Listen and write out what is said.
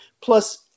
Plus